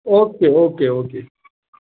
okay okay okay